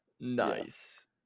Nice